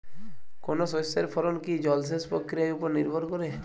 কোনো শস্যের ফলন কি জলসেচ প্রক্রিয়ার ওপর নির্ভর করে?